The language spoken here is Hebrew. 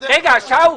רגע, שאול.